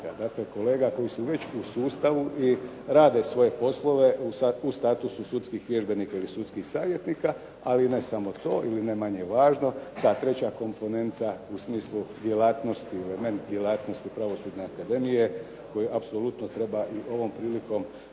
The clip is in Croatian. kolega koji su već u sustavu i rade svoje poslove u statusu sudskih vježbenika ili sudskih savjetnika. Ali ne samo to ili ne manje važno ta treća komponenta u smislu djelatnosti, element djelatnosti Pravosudne akademije koju apsolutno treba i ovom prilikom